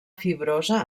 fibrosa